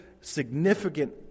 significant